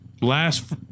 last